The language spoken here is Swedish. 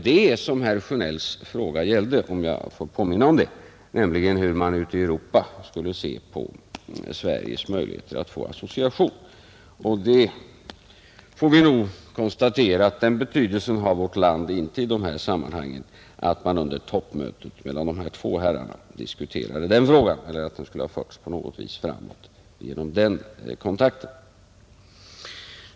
Herr Sjönells fråga gällde nämligen, om jag får påminna om det, hur man ute i Europa skulle se på Sveriges möjligheter att få association, Vi får nog konstatera att vårt land inte har sådan betydelse i de här sammanhangen att de två herrarna under toppmötet diskuterat den frågan eller att den på något vis skulle ha förts fram genom den kontakten.